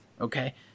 Okay